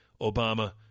Obama